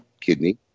kidney